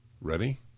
Ready